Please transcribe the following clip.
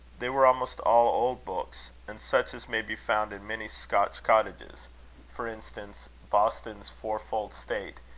they were almost all old books, and such as may be found in many scotch cottages for instance, boston's fourfold state,